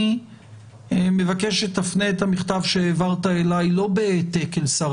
אני מבקש שתפנה את המכתב שהעברת אלי לא בהעתק אל שר